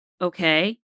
Okay